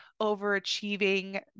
overachieving